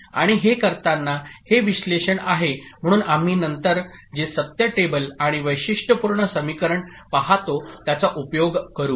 आणि हे करताना हे विश्लेषण आहे म्हणून आम्ही नंतर जे सत्य टेबल आणि वैशिष्ट्यपूर्ण समीकरण पहातो त्याचा उपयोग करू